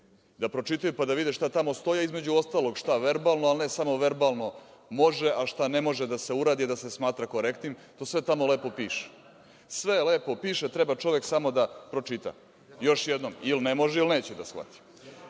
da pročitaju, pa da vide šta tamo stoji, a između ostalog, šta, verbalno, a ne samo verbalno može, a šta ne može da se uradi i da se smatra korektnim. To sve tamo lepo piše. Sve lepo piše, treba čovek samo da pročita. Još jednom, ili ne može ili neće da shvati. Što